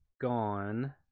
gone